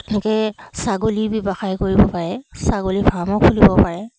এনেকৈ ছাগলী ব্যৱসায় কৰিব পাৰে ছাগলী ফাৰ্মো খুলিব পাৰে